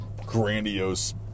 grandiose